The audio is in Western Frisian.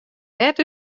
net